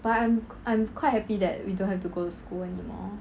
but I'm I'm quite happy that we don't have to go to school anymore